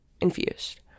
Infused